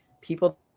people